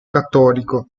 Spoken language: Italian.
cattolico